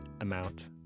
amount